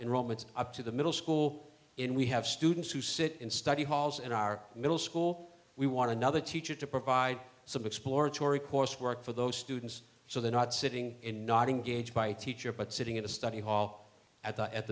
enrollments up to the middle school and we have students who sit in study halls and our middle school we want another teacher to provide some exploratory coursework for those students so they're not sitting in nodding gauge by teacher but sitting in a study hall at the at